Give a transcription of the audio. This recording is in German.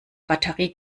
batterie